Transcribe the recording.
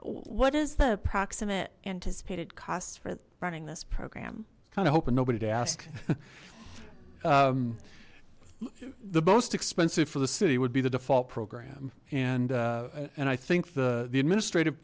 what is the approximate anticipated costs for running this program kind of hoping nobody to ask the most expensive for the city would be the default program and and i think the the administrative